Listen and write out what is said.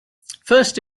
first